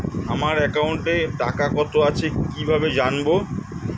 আমার একাউন্টে টাকা কত আছে কি ভাবে জানবো?